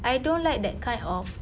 I don't like that kind of